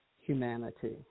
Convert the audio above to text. humanity